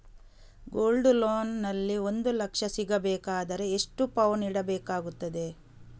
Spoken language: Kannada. ಗೋಲ್ಡ್ ಲೋನ್ ನಲ್ಲಿ ಒಂದು ಲಕ್ಷ ಸಿಗಬೇಕಾದರೆ ಎಷ್ಟು ಪೌನು ಇಡಬೇಕಾಗುತ್ತದೆ?